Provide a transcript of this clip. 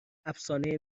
افسانه